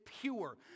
pure